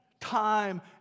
time